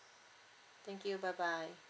thank you bye bye